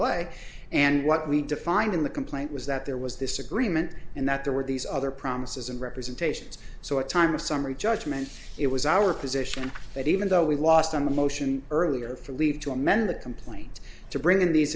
a and what we defined in the complaint was that there was this agreement and that there were these other promises and representations so at time of summary judgment it was our position that even though we lost on the motion earlier for leave to amend the complaint to bring in these